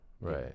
Right